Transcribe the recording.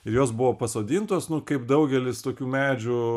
ir jos buvo pasodintos nu kaip daugelis tokių medžių